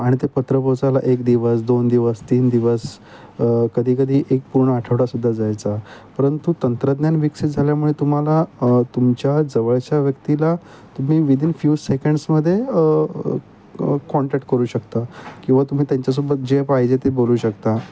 आणि ते पत्र पोहोचायला एक दिवस दोन दिवस तीन दिवस कधीकधी एक पूर्ण आठवडासुद्धा जायचा परंतु तंत्रज्ञान विकसित झाल्यामुळे तुम्हाला तुमच्या जवळच्या व्यक्तीला तुम्ही विदिन फ्यू सेकंड्समध्ये कॉन्टॅक्ट करू शकता किंवा तुम्ही त्यांच्यासोबत जे पाहिजे ते बोलू शकता